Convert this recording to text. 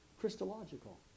Christological